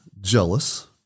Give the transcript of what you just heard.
jealous